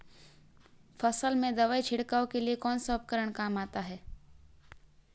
फसल में दवाई छिड़काव के लिए कौनसा उपकरण काम में आता है?